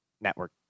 network